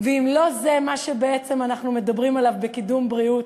ואם לא זה מה שבעצם אנחנו מדברים עליו בקידום בריאות,